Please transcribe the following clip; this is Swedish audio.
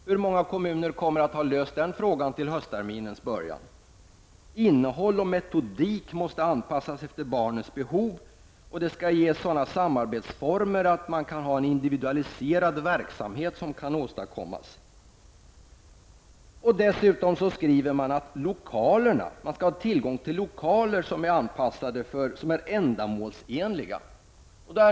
Hur många kommuner kommer att ha löst den frågan till höstterminens början? Innehåll och metodik måste anpassas efter barnens behov, och det skall ges sådana samarbetsformer att det går att åstadkomma en individualiserad verksamhet. Dessutom framgår det i betänkandet att det skall finnas tillgång till lokaler som är ändamålsenliga.